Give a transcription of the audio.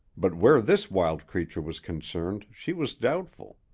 but where this wild creature was concerned she was doubtful.